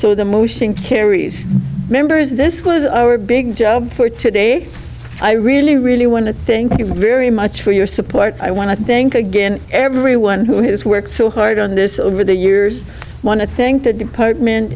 member carries members this was our big job for today i really really want to thank you very much for your support i want to thank again everyone who has worked so hard on this over the years want to thank the department